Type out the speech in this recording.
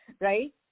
right